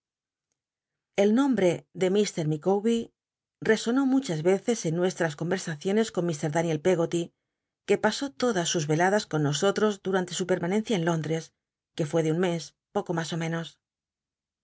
el nombc de mt ilicawber resonó muchas veces en fluestras conyetsaciones con nda el peggoty que pasó todas sus y duante su permanencia en lóndes que fué de un mes poco mas ó menos